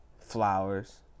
flowers